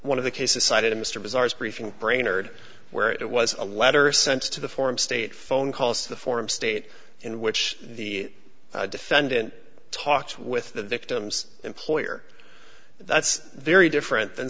one of the cases cited in mr bazaars briefing brainard where it was a letter sent to the forum state phone calls to the forum state in which the defendant talks with the victim's employer that's very different than